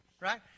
right